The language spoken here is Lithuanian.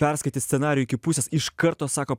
perskaitė scenarijų iki pusės iš karto sako